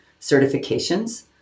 certifications